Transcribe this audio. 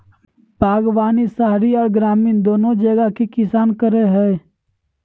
बागवानी शहरी आर ग्रामीण दोनो जगह के किसान करई हई,